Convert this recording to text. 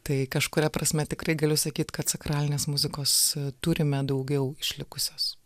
tai kažkuria prasme tikrai galiu sakyt kad sakralinės muzikos turime daugiau išlikusios